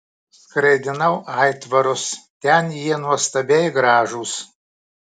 skraidinau aitvarus ten jie nuostabiai gražūs